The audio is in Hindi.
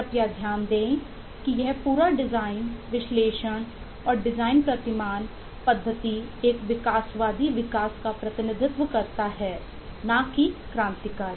कृपया ध्यान दें कि यह पूरा डिजाइन विश्लेषण और डिजाइन प्रतिमान पद्धति एक विकासवादी विकास का प्रतिनिधित्व करता है न कि क्रांतिकारी